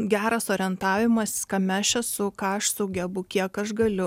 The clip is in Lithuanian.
geras orientavimas kame aš esu ką aš sugebu kiek aš galiu